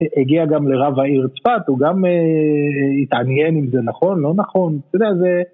‫הגיע גם לרב העיר צפת, ‫הוא גם התעניין אם זה נכון, לא נכון. אתה יודע זה